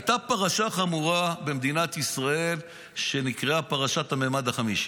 הייתה פרשה חמורה במדינת ישראל שנקראה פרשת הממד החמישי.